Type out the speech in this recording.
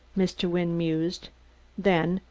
mr. wynne mused then,